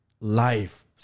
life